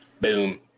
Boom